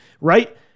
right